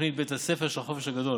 תוכנית בית הספר של החופש הגדול,